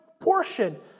portion